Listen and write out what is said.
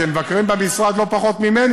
אתם מבקרים במשרד לא פחות ממני,